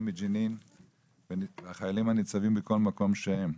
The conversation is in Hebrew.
מג'נין והחיילים הניצבים בכל מקום שהם.